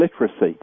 literacy